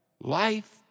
Life